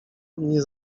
nie